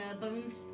bones